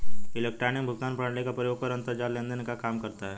electronic भुगतान प्रणाली का प्रयोग कर अंतरजाल लेन देन काम करता है